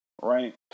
Right